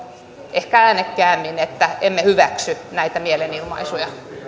ehkä äänekkäämmin että emme hyväksy näitä mielenilmaisuja